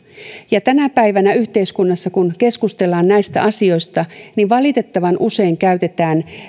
ja kun tänä päivänä yhteiskunnassa keskustellaan näistä asioista valitettavan usein käytetään